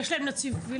יש להם נציב קבילות.